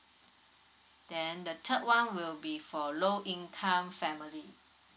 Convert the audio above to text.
then the third one will be for low income family